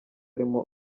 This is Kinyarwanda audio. arimo